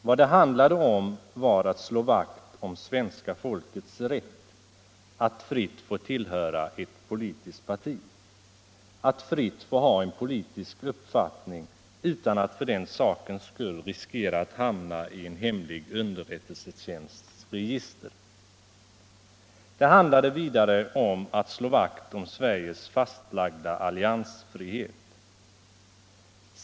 Vad det handlade om var att slå vakt om svenska folkets rätt att fritt få tillhöra ett politiskt parti, att fritt få ha en politisk uppfattning utan att för den sakens skull riskera att hamna i en hemlig underrättelsetjänsts register. Det handlade vidare om att slå vakt om Sveriges fastlagda alliansfrihet.